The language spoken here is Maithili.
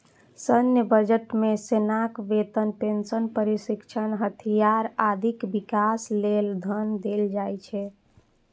सैन्य बजट मे सेनाक वेतन, पेंशन, प्रशिक्षण, हथियार, आदिक विकास लेल धन देल जाइ छै